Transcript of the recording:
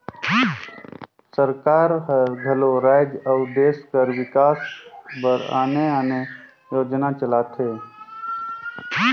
सरकार हर घलो राएज अउ देस कर बिकास बर आने आने योजना चलाथे